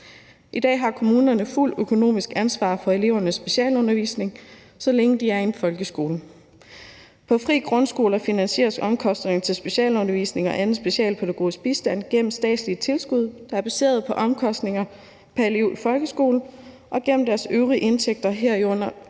I dag har kommunerne fuldt økonomisk ansvar for elevernes specialundervisning, så længe de er i en folkeskole. På frie grundskoler finansieres omkostningerne til specialundervisning og anden specialpædagogisk bistand gennem statslige tilskud, der er baseret på omkostninger pr. elev i folkeskolen, og gennem deres øvrige indtægter, herunder